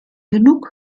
genug